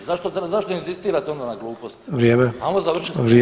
Zašto inzistirate onda na glupostima [[Upadica: Vrijeme.]] ajmo završit